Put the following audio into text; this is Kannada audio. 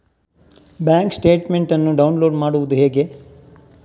ಬ್ಯಾಂಕ್ ಸ್ಟೇಟ್ಮೆಂಟ್ ಅನ್ನು ಡೌನ್ಲೋಡ್ ಮಾಡುವುದು ಹೇಗೆ?